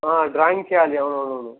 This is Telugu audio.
డ్రాయింగ్స్ వేయాలి అవునవును